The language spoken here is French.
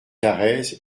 carrez